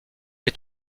est